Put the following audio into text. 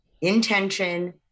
intention